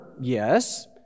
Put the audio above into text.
Yes